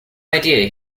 idea